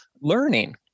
learning